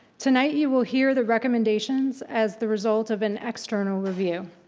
tonight you will hear the recommendations as the result of an external review,